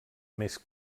més